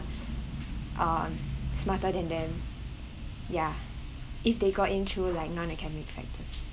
um smarter than them ya if they got in through like non academic factors